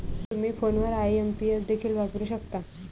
तुम्ही फोनवर आई.एम.पी.एस देखील वापरू शकता